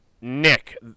Nick